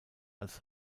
als